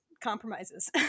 compromises